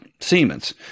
Siemens